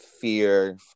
fear